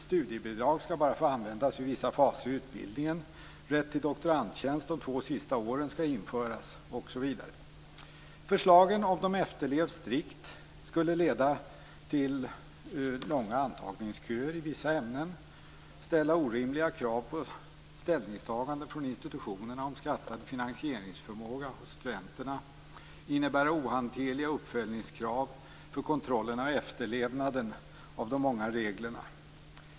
Studiebidrag skall bara få användas under vissa faser av utbildningen. Rätt till doktorandtjänst de två sista åren skall införas osv. Förslagen, om de efterlevs strikt, skulle leda till långa antagningsköer i vissa ämnen, ställa orimliga krav på ställningstagande från institutionerna om skattad finansieringsförmåga hos studenterna och innebära ohanterliga uppföljningskrav för kontroll av efterlevnaden av de många reglerna.